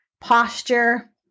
posture